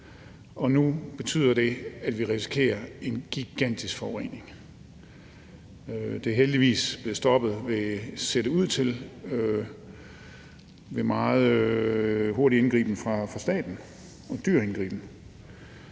Og nu betyder det, at vi risikerer en gigantisk forurening. Det ser heldigvis ud til at være blevet stoppet ved en meget hurtig og dyr indgriben fra statens side.